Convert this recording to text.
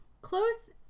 Close